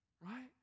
right